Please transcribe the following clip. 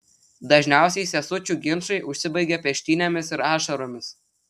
dažniausiai sesučių ginčai užsibaigia peštynėmis ir ašaromis